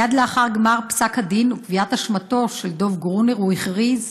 מייד לאחר גמר פסק הדין וקביעת אשמתו של דב גרונר הוא הכריז: